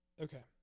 Okay